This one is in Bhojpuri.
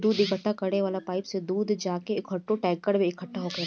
दूध इकट्ठा करे वाला पाइप से दूध जाके एकठो टैंकर में इकट्ठा होखेला